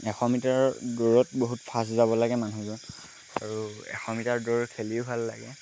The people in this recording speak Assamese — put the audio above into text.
এশ মিটাৰ দৌৰত বহুত ফাষ্ট যাব লাগে মানুহজন আৰু এশ মিটাৰ দৌৰ খেলিও ভাল লাগে